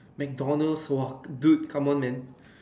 McDonald's !wah! dude come on man